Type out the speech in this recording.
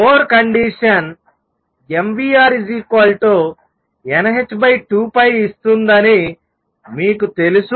bore condition mvrnh2π ఇస్తుందని మీకు తెలుసు